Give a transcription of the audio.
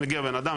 הגיע בן-אדם,